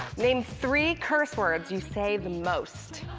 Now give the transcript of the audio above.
name three curse words you say the most.